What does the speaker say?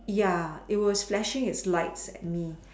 ya it was flashing its light at me